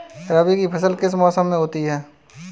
रबी की फसल किस मौसम में होती है?